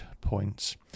points